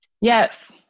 Yes